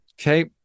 okay